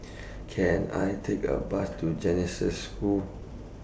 Can I Take A Bus to Genesis School